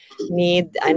need